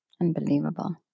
Unbelievable